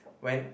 when